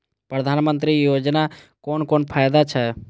प्रधानमंत्री योजना कोन कोन फायदा छै?